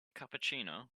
cappuccino